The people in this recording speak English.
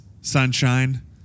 sunshine